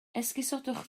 esgusodwch